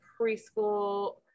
preschool